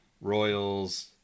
Royals